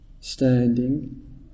standing